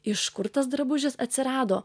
iš kur tas drabužis atsirado